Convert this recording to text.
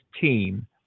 team